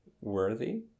worthy